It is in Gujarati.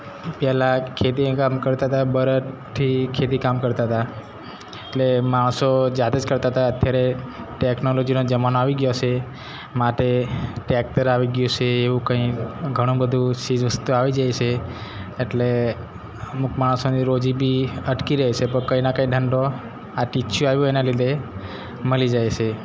પહેલાં ખેતીએ કામ કરતા હતા બળદથી ખેતી કામ કરતા હતા એટલે માણસો જાતે જ કરતા હતા અત્યારે ટેક્નોલોજીનો જમાનો આવી ગયો છે માટે ટેક્ટર આવી ગયું છે એવું કંઈ ઘણું બધું ચીજવસ્તુ આવી ગઈ છે એટલે અમુક માણસોની રોજી બી અટકી રહેશે પણ કંઈના કંઈ ધંધો આ ટીચયું આવ્યું એના લીધે મળી જાય છે